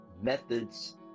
methods